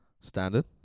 Standard